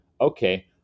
okay